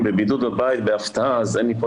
אני בבידוד בבית בהפתעה אז אין לי פה